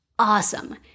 Awesome